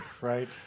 right